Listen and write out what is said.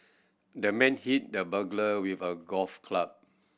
the man hit the burglar with a golf club